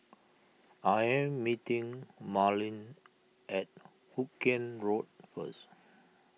I am meeting Marlin at Hoot Kiam Road first